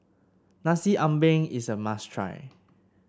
Nasi Ambeng is a must try